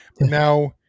Now